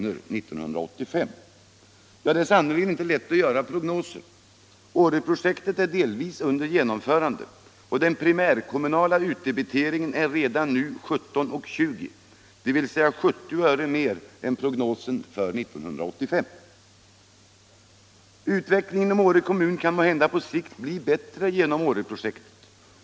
år 1985. Ja, det är sannerligen inte lätt att göra prognoser. Åreprojektet är delvis under genomförande, och den primärkommunala utdebiteringen är redan nu 17:20, dvs. 70 öre mer än prognosen för år 1985. Utvecklingen inom Åre kommun kan måhända på sikt bli bättre genom Åreprojektet.